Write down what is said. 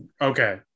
okay